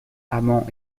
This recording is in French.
amant